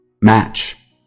Match